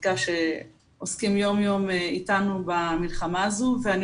וחקיקה שעוסקים יום יום איתנו במלחמה הזאת ואני